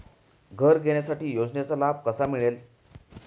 घर घेण्यासाठी योजनेचा लाभ कसा मिळेल?